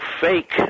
fake